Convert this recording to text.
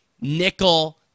nickel